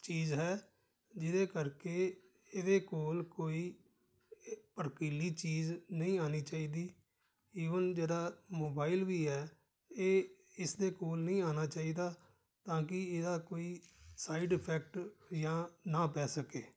ਚੀਜ਼ ਹੈ ਜਿਹਦੇ ਕਰਕੇ ਇਹਦੇ ਕੋਲ ਕੋਈ ਇਹ ਭੜਕੀਲੀ ਚੀਜ਼ ਨਹੀਂ ਆਉਣੀ ਚਾਹੀਦੀ ਈਵਨ ਜਿਹੜਾ ਮੋਬਾਈਲ ਵੀ ਹੈ ਇਹ ਇਸਦੇ ਕੋਲ ਨਹੀਂ ਆਉਣਾ ਚਾਹੀਦਾ ਤਾਂ ਕਿ ਇਹਦਾ ਕੋਈ ਸਾਈਡ ਇਫੈਕਟ ਜਾਂ ਨਾ ਪੈ ਸਕੇ